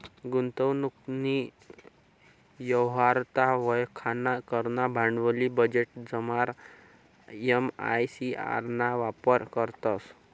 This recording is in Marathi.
गुंतवणूकनी यवहार्यता वयखाना करता भांडवली बजेटमझार एम.आय.सी.आर ना वापर करतंस